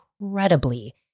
incredibly